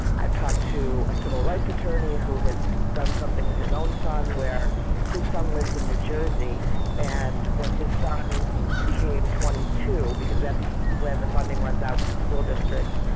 i've talked to a civil rights attorney who has done something with his own son where his son lives in new jersey and when his son became twenty two, because that's when the funding runs out with the school districts,